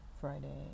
Friday